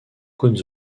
cônes